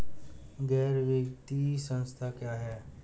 गैर वित्तीय संस्था क्या है?